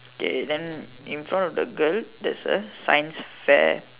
okay then in front of the girl there's a science fair